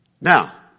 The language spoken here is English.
Now